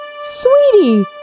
sweetie